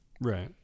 Right